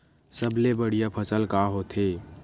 सबले बढ़िया फसल का होथे?